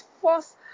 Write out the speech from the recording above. false